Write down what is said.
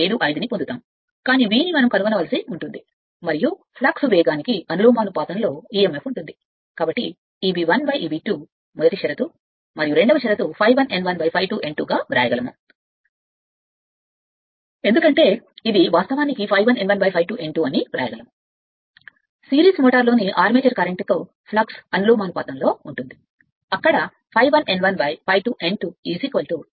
75 ను పొందుతుంది కాని V ను మనం నిర్ణయించవలసి ఉంటుంది మరియు ఫ్లక్స్ వేగానికి అనులోమానుపాతంలో emfఅని తెలుసు కాబట్టి Eb 1 Eb 2 మొదటి షరతు మరియు రెండవ వివాదం వాస్తవానికి ∅1 1 ను ∅2 n2 ద్వారా వ్రాయగలదు మరియు ఎందుకంటే ఇది వాస్తవానికి ∅1 1 ను ∅2 n2 ద్వారా వ్రాయగలదు ఎందుకంటే సిరీస్ మెషిన్ సిరీస్ మోటారులోని ఆర్మేచర్ కరెంట్కు ఎఫ్ లక్స్ అనులోమానుపాతంలో ఉంటుంది అక్కడ ∅1 బై ∅2 ప్రాథమికంగా by1 బై ఐ 2